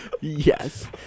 Yes